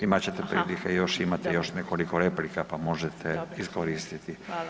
Imat ćete prilike, još imate, još nekoliko replika, pa možete iskoristiti.